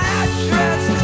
address